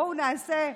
בואו נעשה,